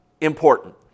important